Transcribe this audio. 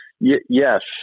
Yes